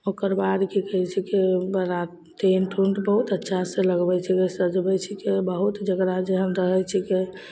ओकरबाद कि कहै छिकै ओ बड़ा टेन्ट उन्ट बहुत अच्छासे लगबै छै सजबै छिकै बहुत जकरा जहन रहै छिकै